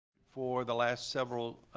for the last several